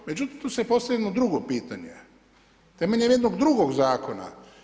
Međutim, tu se postavlja jedno drugo pitanje temeljem jednog drugog zakona.